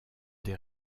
des